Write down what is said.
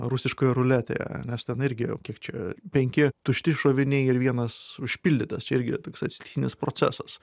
rusiškoje ruletėje nes ten irgi kiek čia penki tušti šoviniai ir vienas užpildytas čia irgi toks atsitiktinis procesas